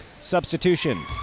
Substitution